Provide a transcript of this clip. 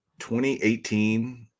2018